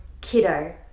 kiddo